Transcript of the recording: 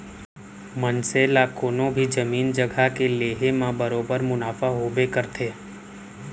मनसे ला कोनों भी जमीन जघा के लेहे म बरोबर मुनाफा होबे करथे